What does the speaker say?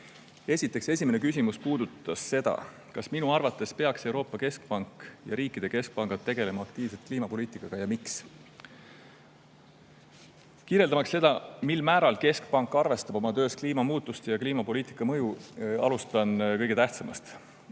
esimene küsimus puudutas seda, kas minu arvates peaks Euroopa Keskpank ja riikide keskpangad tegelema aktiivselt kliimapoliitikaga. Ja [kui, siis] miks. Kirjeldamaks seda, mil määral keskpank arvestab oma töös kliimamuutuste ja kliimapoliitika mõjuga, alustan kõige tähtsamast.